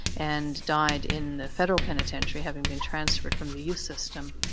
and died in the federal penitentiary having been transferred from the youth system,